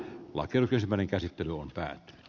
la kello kymmenen käsittely on päättynyt